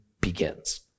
begins